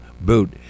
boot